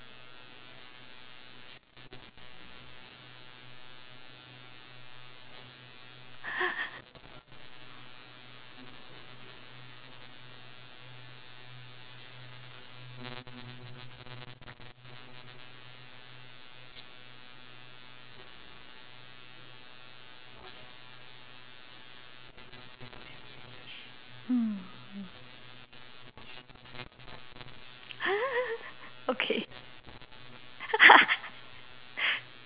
mm okay